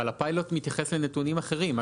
אבל הפיילוט מתייחס לנתונים אחרים.